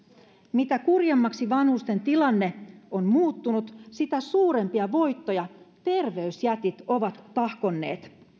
mitä kurjemmaksi vanhusten tilanne on muuttunut sitä suurempia voittoja terveysjätit ovat tahkonneet